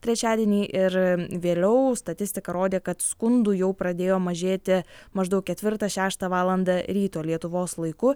trečiadienį ir vėliau statistika rodė kad skundų jau pradėjo mažėti maždaug ketvirtą šeštą valandą ryto lietuvos laiku